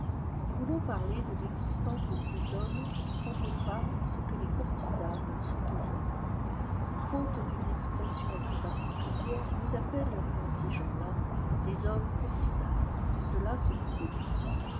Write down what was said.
nous voulons parler de l'existence de ces hommes qui sont aux femmes ce que les courtisanes sont aux hommes faute d'une expression plus particulière nous appellerions ces gens-là des hommes courtisanes si cela se pouvait dire